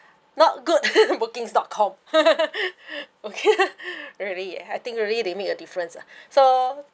not good booking dot com okay really I think really they make a difference ah so